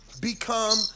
become